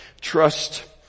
trust